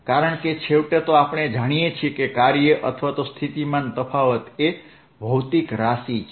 કારણ કે છેવટે તો આપણે જાણીએ છીએ કે કાર્ય અથવા તો આ સ્થિતિમાન તફાવત એ ભૌતિક રાશિ છે